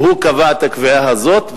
והוא קבע את הקביעה הזאת,